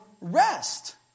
rest